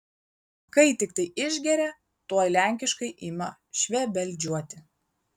kai tiktai išgeria tuoj lenkiškai ima švebeldžiuoti